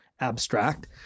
abstract